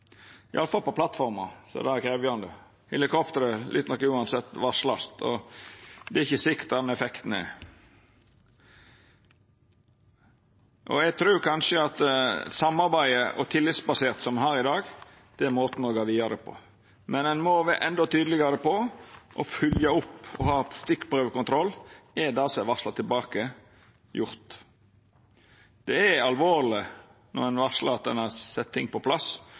iallfall på plattformer er det krevjande. Helikopteret lyt nok uansett varslast, og det er ikkje sikkert det har den effekten. Eg trur kanskje at det tillitsbaserte samarbeidet som ein har i dag, er måten å gå vidare på, men ein må vera endå tydelegare på å følgja opp og ha stikkprøvekontroll. Er det som er varsla tilbake, gjort? Det er alvorleg når ein varslar at ein har sett ting på plass,